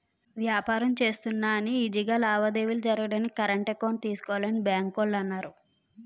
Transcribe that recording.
వ్యాపారం చేస్తున్నా అని ఈజీ గా లావాదేవీలు జరగడానికి కరెంట్ అకౌంట్ తీసుకోవాలని బాంకోల్లు అన్నారు